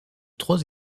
trois